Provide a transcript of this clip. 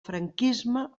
franquisme